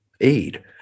aid